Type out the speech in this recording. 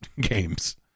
games